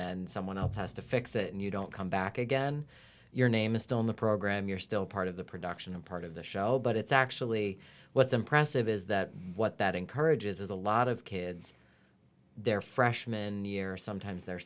then someone else has to fix it and you don't come back again your name is still in the program you're still part of the production and part of the show but it's actually what's impressive is that what that encourages is a lot of kids their freshman year sometimes they're